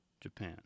Japan